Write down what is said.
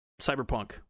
Cyberpunk